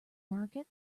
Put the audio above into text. market